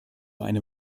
eine